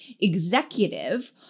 executive